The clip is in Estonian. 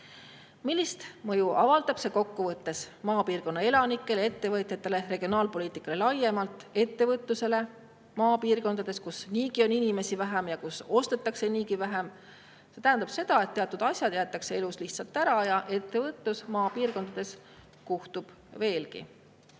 Millist mõju avaldab see kokkuvõttes maapiirkonna elanikele ja ettevõtjatele, regionaalpoliitikale laiemalt, ettevõtlusele maapiirkondades, kus niigi on inimesi vähem ja ostetakse vähem? See tähendab seda, et teatud asjad jäetakse elus lihtsalt ära ja ettevõtlus maapiirkondades kuhtub